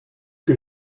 que